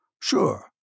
Sure